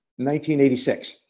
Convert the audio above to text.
1986